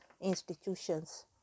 institutions